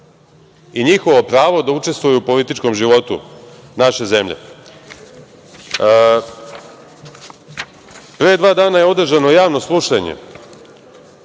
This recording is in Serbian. i njihovo pravo da učestvuju u političkom životu naše zemlje. Pre dva dana je održano javno slušanje